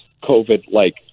COVID-like